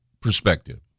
perspective